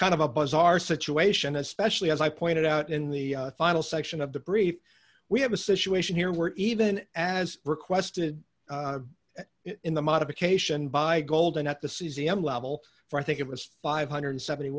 kind of a bizarre situation especially as i pointed out in the final section of the brief we have a situation here where even as requested in the modification by gold and at the cesium level for i think it was five hundred and seventy